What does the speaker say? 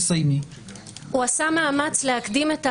הוא עשה מאמץ להקדים את ההגעה.